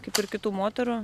kaip ir kitų moterų